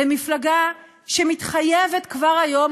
למפלגה שמתחייבת כבר היום,